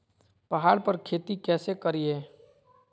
पहाड़ पर खेती कैसे करीये?